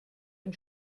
ein